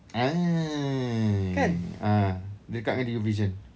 ah ah dekat dengan D_O vision